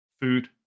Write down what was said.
food